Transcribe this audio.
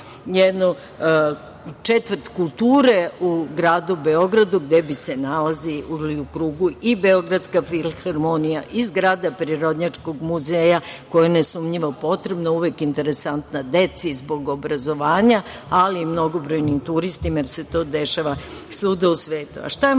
njenu četvrt kulture u gradu Beogradu gde bi se nalazio u krugu i Beogradska filharmonija i zgrada Prirodnjačkog muzeja koja je nesumnjivo potrebna, uvek interesantna deci zbog obrazovanja, ali i mnogobrojnim turistima, jer se to dešava svuda u svetu. Šta je